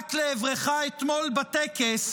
זעק לעברך אתמול בטקס.